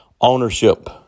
Ownership